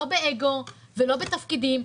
לא באגו ולא בתפקידים,